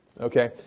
Okay